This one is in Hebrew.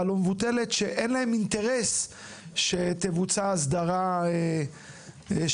לא מבוטלת שאין להם אינטרס שתבוצע הסדרה שורשית.